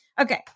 Okay